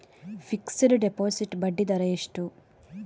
Fixed deposit ಬಡ್ಡಿ ದರ ಎಷ್ಟು?